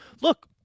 look